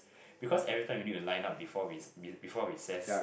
because everytime you need to line before re~ before recess